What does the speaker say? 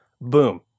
boom